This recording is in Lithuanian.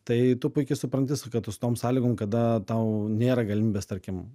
tai tu puikiai supranti su kad su tom sąlygom kada tau nėra galimybės tarkim